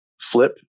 flip